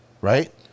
right